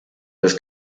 des